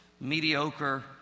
mediocre